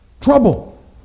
trouble